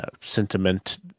sentiment